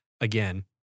again